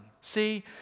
See